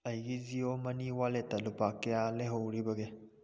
ꯑꯩꯒꯤ ꯖꯤꯌꯣ ꯃꯅꯤ ꯋꯥꯂꯦꯠꯇ ꯂꯨꯄꯥ ꯀꯌꯥ ꯂꯩꯍꯧꯔꯤꯕꯒꯦ